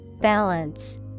Balance